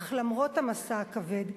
אך למרות המשא הכבד,